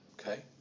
okay